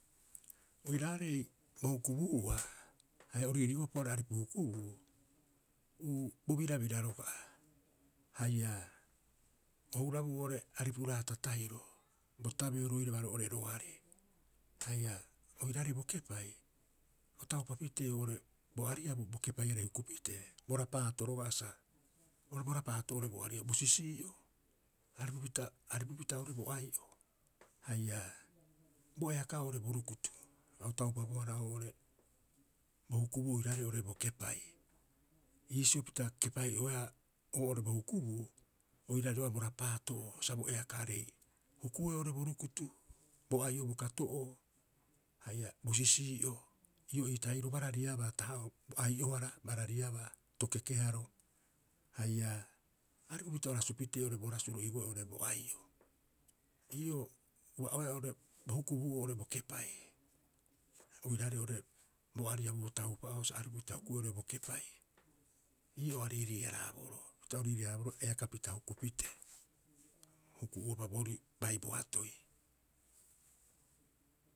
Oiraarei bo hukubuu'ua haia o riirii'upa oo'ore aripu hukubuu, uu bo birabira roga'a haia o hurabuu oo'ore aripu raata tahiro. Bo tabeo roiraba roo'ore roari haia oiraarei bo kepai o taupa pitee oo'ore bo ariabu bo kepaiarei huku pitee. Bo rapaato roga'a sa bo rapaato'oo oo'ore bo ariabu, bo sisii'o, aripupita, aripupita oo'ore bo ai'o haia bo eaka'oo oo'ore bo rukutu, a o taupabohara oo'ore bo hukubuu oiraarei oo'ore bo kepai. Iisio pita kepai'oeaa oo'ore bo hukubuu oiraarei roga'a bo raapaato sa bo eakaarei huku'oe oo'ore bo rukutu bo ai'o bo kato'oo haia bo sisii'o. Ii'oo ii tahiroo barariabaa taha'oro bo ai'ohara barariaba, toke keharo haia aripupita o rasu pitee oo'ore bo rasuro iibooe oo'ore bo ai'o. Ii'oo ua'oeaa oo'ore bo hukubuu'oo oo'ore bo kepai oiraarei oo'ore bo ariabu bo taupa'oo sa aripupita huku'oe oo'ore bo kepai. Ii'oo a riiriiharaboroo pita o ririi- haraaboroo eakapita huku pitee, huku'uopa boorii bai boatoi.